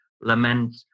lament